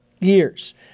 years